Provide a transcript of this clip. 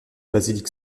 basilique